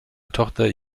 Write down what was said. tochter